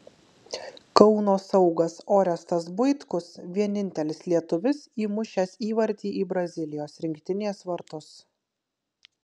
kauno saugas orestas buitkus vienintelis lietuvis įmušęs įvartį į brazilijos rinktinės vartus